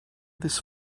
this